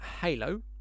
Halo